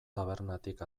tabernatik